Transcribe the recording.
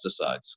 pesticides